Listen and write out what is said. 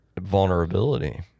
Vulnerability